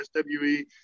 SWE